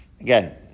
Again